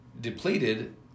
depleted